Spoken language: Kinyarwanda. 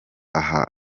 aha